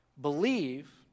Believe